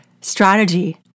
strategy